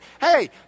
hey